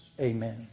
Amen